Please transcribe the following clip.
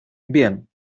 bien